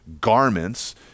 garments